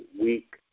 week